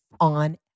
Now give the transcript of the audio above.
on